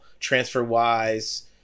TransferWise